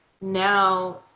now